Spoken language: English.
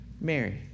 Mary